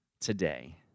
today